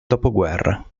dopoguerra